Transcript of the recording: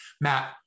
Matt